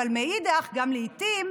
אלא לעיתים